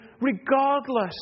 regardless